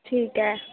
ٹھیک ہے